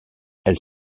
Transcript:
elle